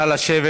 נא לשבת.